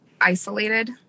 isolated